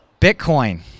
Bitcoin